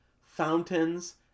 fountains